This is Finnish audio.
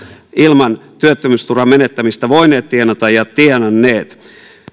ilman työttömyysturvan menettämistä voineet tienata ja tienanneet